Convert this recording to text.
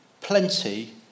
plenty